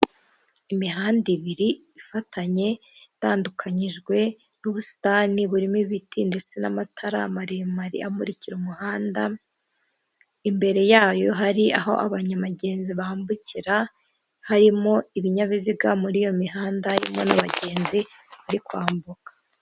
Imihanda ibiri ifatanye, itandukanyijwe n'ubusitani burimo ibiti ndetse n'amatara maremare amukira umuhanda, imbere yayo hari aho abanyamagenzi bambukira, harimo ibinyabiziga muri iyo mihanda, harimo n'abagenzi bari kwambuka.